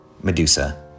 Medusa